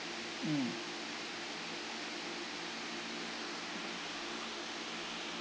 mm